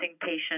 patient